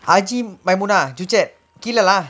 haji maimuna கீழலா:keezhelaa